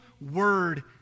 word